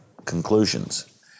conclusions